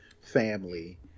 family